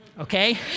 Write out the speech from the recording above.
okay